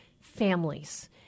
families